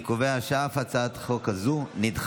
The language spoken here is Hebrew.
אני קובע שהצעת החוק נדחתה.